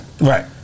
Right